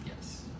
Yes